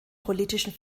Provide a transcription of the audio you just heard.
politischen